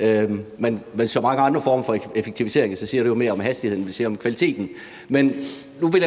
for så mange andre former for effektivisering siger det jo mere om hastigheden, end det siger om kvaliteten. Nu blev